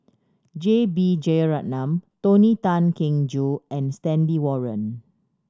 J B Jeyaretnam Tony Tan Keng Joo and Stanley Warren